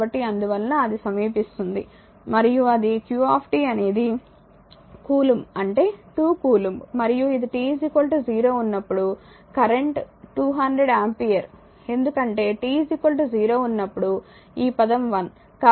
కాబట్టి అందువలన అది సమీపిస్తుంది మరియు అది q అనేది కూలుంబ్ అంటే 2 కూలుంబ్ మరియు ఇది t 0 ఉన్నప్పుడు కరెంట్ 200 ఆంపియర్ ఎందుకంటే t 0 ఉన్నప్పుడు ఈ పదం 1